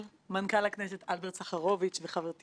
והיה לי כבוד גדול להחליף איתך דעות,